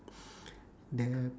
the